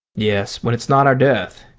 yes, when it's not our death.